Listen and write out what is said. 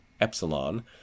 epsilon